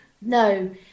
No